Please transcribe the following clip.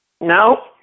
No